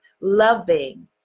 loving